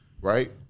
right